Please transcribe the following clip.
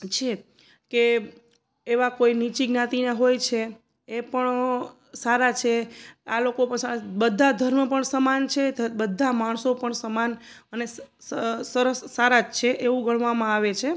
છે કે એવા કોઈ નીચી જ્ઞાતિના હોય છે એ પણ સારા છે આ લોકો પછી બધા ધર્મ પણ સમાન છે ત બધા માણસો પણ સમાન અને સ સરસ સારા જ છે એવું ગણવામાં આવે છે